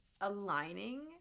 aligning